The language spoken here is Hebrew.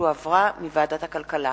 שהחזירה ועדת הכלכלה.